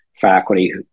faculty